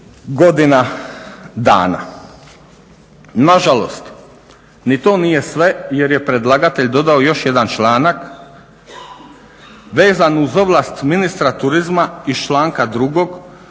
godina dana. Nažalost ni to nije sve jer je predlagatelj dodao još jedan članak vezan uz ovlast ministra turizma iz članka 2.